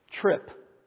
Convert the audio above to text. trip